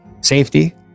safety